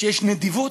כשיש נדיבות,